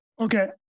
Okay